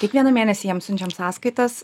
kiekvieną mėnesį jiem siunčiam sąskaitas